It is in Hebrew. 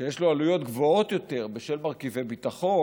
שיש לו עלויות גבוהות יותר בשל מרכיבי ביטחון,